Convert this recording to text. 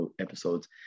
episodes